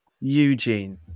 Eugene